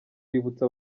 bibutse